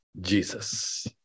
Jesus